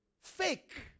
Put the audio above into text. Fake